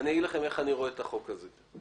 איך אני רואה את החוק הזה.